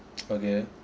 okay